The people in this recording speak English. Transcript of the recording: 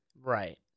Right